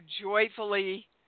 joyfully